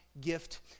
gift